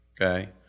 Okay